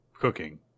cooking